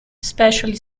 especially